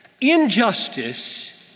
injustice